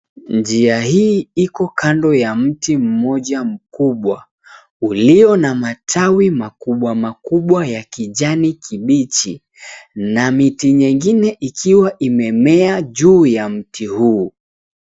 Njia hii iko kando ya mti mmoja mkubwa uliyo na matawi makubwa makubwa ya kijani kibichi na miti mingine ikiwa imemea juu ya mti huu.